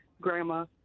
grandma